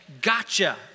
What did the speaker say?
gotcha